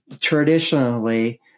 traditionally